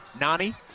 Nani